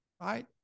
right